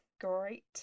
great